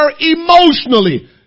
emotionally